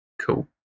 Cool